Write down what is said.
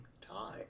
time